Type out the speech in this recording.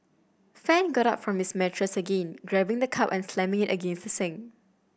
Fan got up from his mattress again grabbing the cup and slamming it against the sink